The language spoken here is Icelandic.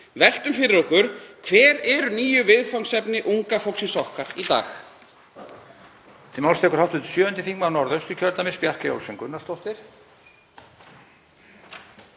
Veltum því fyrir okkur hver hin nýju viðfangsefni unga fólksins okkar í dag